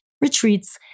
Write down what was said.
retreats